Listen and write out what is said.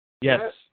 Yes